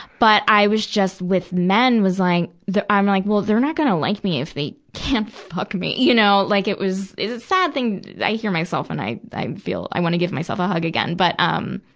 but i was just, with men, was like, the, i'm like, well, they're not gonna like me if they can't fuck me, you know. like, it was, it's a sad thing to hear myself and i, i feel, i wanna give myself a hug again. but, um,